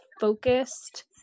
focused